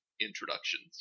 introductions